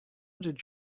did